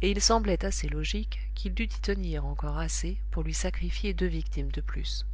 et il semblait assez logique qu'il dût y tenir encore assez pour lui sacrifier deux victimes de plus